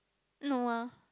no ah